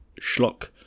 Schlock